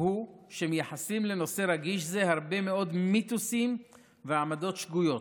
הוא שמייחסים לנושא רגיש זה הרבה מאוד מיתוסים ועמדות שגויות.